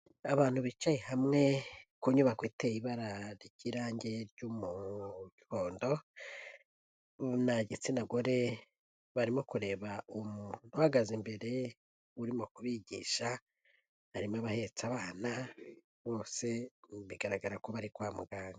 Abantu bicaye hamwe ku nyubako iteye ibara ry'irangi ry'umubondo, ndabona igitsina gore, barimo kureba umuntu uhagaze imbere urimo kubigisha, harimo abahetse abana bose bigaragara ko bari kwa muganga.